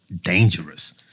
dangerous